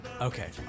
Okay